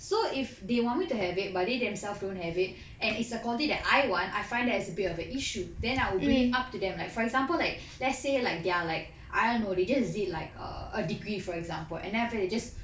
so if they want me to have it but they themselves don't have it and is a quality that I want I find that it's a bit of an issue then I will bring it up to them like for example like let's say like they're like I don't know they just did like err a degree for example after they just